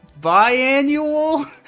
biannual